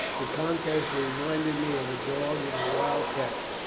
the contest reminded me of a dog and a wild cat,